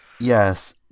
Yes